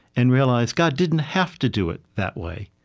and realize god didn't have to do it that way.